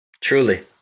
Truly